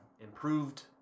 Improved